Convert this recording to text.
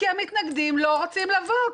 כי המתנגדים לא רוצים לבוא,